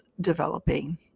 developing